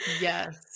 Yes